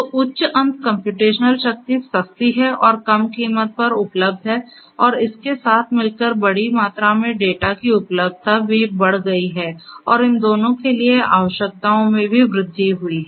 तो उच्च अंत कम्प्यूटेशनल शक्ति सस्ती है और कम कीमत पर उपलब्ध है और इसके साथ मिलकर बड़ी मात्रा में डेटा की उपलब्धता भी बढ़ गई है और इन दोनों के लिए आवश्यकताओं में भी वृद्धि हुई है